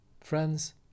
Friends